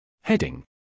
Heading